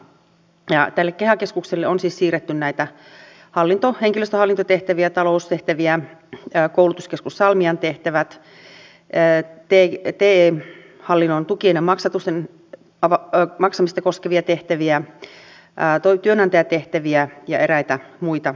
tälle keha keskukselle on siis siirretty näitä henkilöstöhallintotehtäviä taloustehtäviä koulutuskeskus salmian tehtävät te hallinnon tukien ja avustusten maksamista koskevia tehtäviä työnantajatehtäviä ja eräitä muita tehtäviä